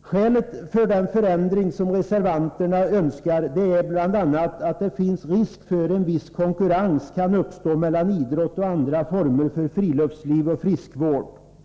Skälet för den förändring som reservanterna önskar är bl.a. att det finns risk för att en viss konkurrens kan uppstå mellan idrotten och andra former för friluftsliv och friskvård.